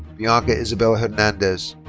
bianca isabella hernandez.